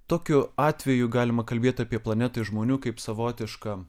tokiu atveju galima kalbėt apie planetą iš žmonių kaip savotišką